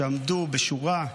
שעמדו בשורה,